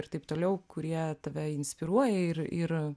ir taip toliau kurie tave inspiruoja ir ir